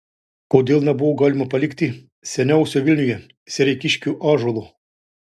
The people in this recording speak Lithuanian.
kodėl nebuvo galima palikti seniausio vilniuje sereikiškių ąžuolo